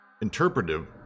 interpretive